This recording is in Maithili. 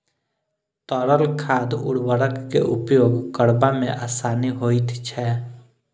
तरल खाद उर्वरक के उपयोग करबा मे आसानी होइत छै